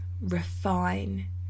refine